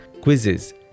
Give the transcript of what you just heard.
quizzes